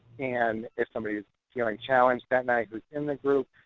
and if somebody's feeling challenged that night who's in the group,